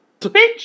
Bitch